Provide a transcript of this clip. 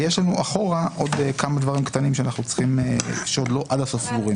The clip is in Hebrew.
יש לנו עוד אחורה עוד כמה דברים קטנים שעוד לא ברורים עד הסוף.